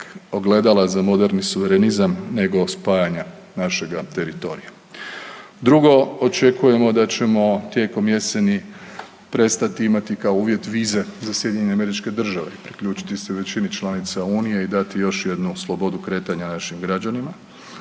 ogledala za moderni suverenizam nego spajanja našega teritorija. Drugo, očekujemo da ćemo tijekom jeseni prestati imati kao uvjet vize za SAD, priključiti se većini članica Unije i dati još jednu slobodu kretanja našim građanima.